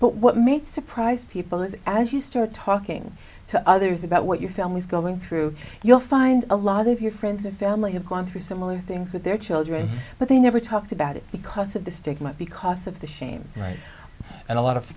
but what made surprised people is as you start talking to others about what your family's going through you'll find a lot of your friends and family have gone through similar things with their children but they never talked about it because of the stigma because of the shame and a lot of